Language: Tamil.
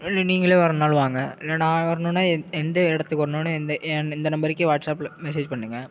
இல்லை நீங்களே வரதுனாலும் வாங்க இல்லை நான் வரணுன்னா எந்த இடத்துக்கு வரணுன்னு இந்த ஏ இந்த நம்பருக்கே வாட்ஸப்பில் மெஸேஜ் பண்ணுங்கள்